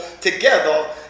together